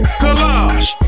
collage